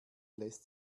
lässt